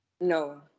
No